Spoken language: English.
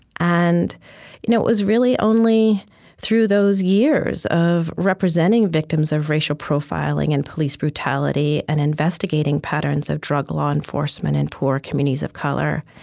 and you know it was really only through those years of representing victims of racial profiling and police brutality, and investigating patterns of drug law enforcement in poor communities of color,